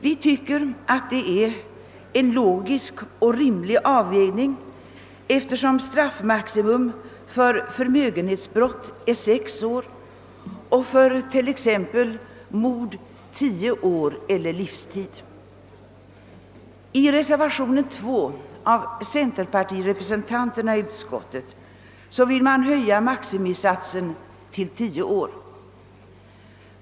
Vi tycker att det är en logisk och rimlig avvägning, eftersom straffmaximum för förmögenhetsbrott är sex år och för t.ex. mord tio år eller livstid. I reservation II av centerpartiledamöterna i utskottet vill man höja maximistraffet till tio år.